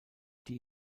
die